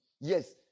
yes